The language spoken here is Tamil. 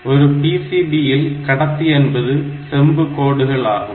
ஒரு PCB இல் கடத்தி என்பது செம்பு கோடுகள் ஆகும்